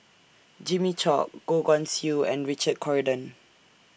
Jimmy Chok Goh Guan Siew and Richard Corridon